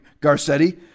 Garcetti